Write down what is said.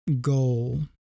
goal